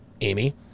Amy